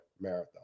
marathon